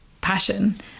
passion